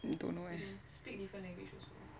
I don't know eh